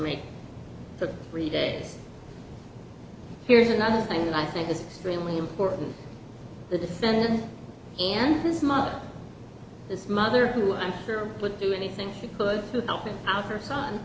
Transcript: for three days here's another thing that i think is really important the defendant and his mother his mother who i'm sure would do anything she could to help him out her son